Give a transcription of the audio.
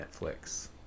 Netflix